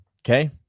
Okay